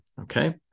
Okay